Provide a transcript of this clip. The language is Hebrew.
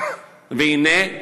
והנה,